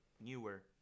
newer